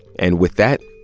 and with that,